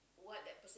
what that person